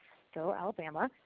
go alabama!